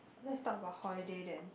let's talk about holiday then